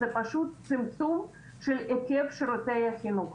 זה פשוט צמצום של היקף שירותי החינוך.